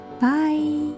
Bye